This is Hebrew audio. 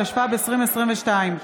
התשפ"ב 2022,